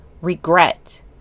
regret